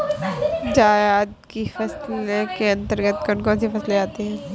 जायद की फसलों के अंतर्गत कौन कौन सी फसलें आती हैं?